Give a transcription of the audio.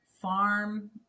farm